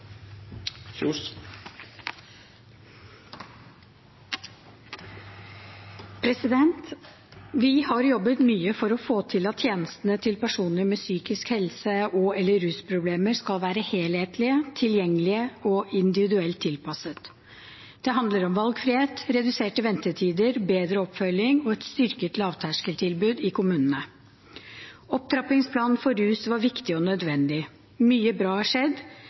Vi har jobbet mye for å få til at tjenestene til personer med psykiske helse- og/eller rusproblemer skal være helhetlige, tilgjengelige og individuelt tilpasset. Det handler om valgfrihet, reduserte ventetider, bedre oppfølging og et styrket lavterskeltilbud i kommunene. Opptrappingsplanen for rus var viktig og nødvendig. Mye bra har skjedd,